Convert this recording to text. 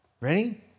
ready